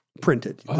printed